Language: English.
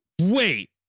wait